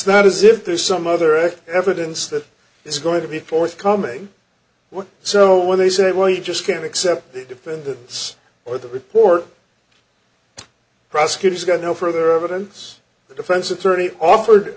not as if there's some other evidence that is going to be forthcoming what so when they say well you just can't accept the dependence or the report prosecutors got no further evidence the defense attorney offered